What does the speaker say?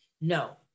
no